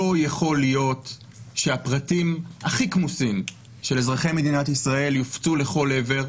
לא יכול להיות שהפרטים הכי כמוסים של אזרחי מדינת ישראל יופצו לכל עבר,